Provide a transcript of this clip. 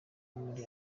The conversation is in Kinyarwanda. muri